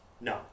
no